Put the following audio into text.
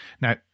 now